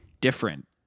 different